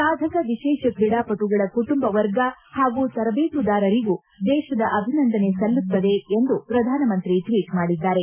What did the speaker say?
ಸಾಧಕ ವಿಶೇಷ ಕ್ರೀಡಾಪಟುಗಳ ಕುಟುಂಬ ವರ್ಗ ಹಾಗೂ ತರಬೇತುದಾರರಿಗೂ ದೇಶದ ಅಭಿನಂದನೆ ಸಲ್ಲುತ್ತದೆ ಎಂದು ಪ್ರಧಾನಮಂತಿ ಟ್ಲೀಟ್ ಮಾಡಿದ್ದಾರೆ